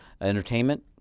entertainment